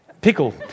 Pickle